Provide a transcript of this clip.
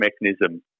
mechanism